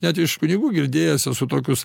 net iš kunigų girdėjęs esu tokius